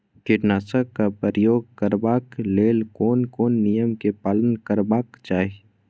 कीटनाशक क प्रयोग करबाक लेल कोन कोन नियम के पालन करबाक चाही?